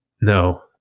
No